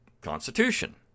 Constitution